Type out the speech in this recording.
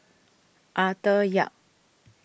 Arthur Yap